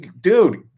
dude